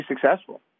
successful